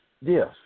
Yes